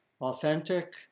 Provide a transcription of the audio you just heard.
authentic